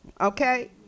Okay